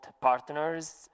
partners